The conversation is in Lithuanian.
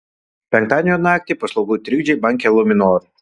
penktadienio naktį paslaugų trikdžiai banke luminor